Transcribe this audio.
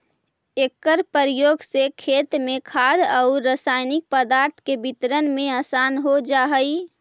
एकर प्रयोग से खेत में खाद औउर रसायनिक पदार्थ के वितरण में आसान हो जा हई